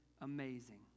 amazing